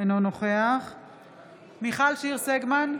אינו נוכח מיכל שיר סגמן,